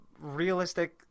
realistic